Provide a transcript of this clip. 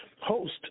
host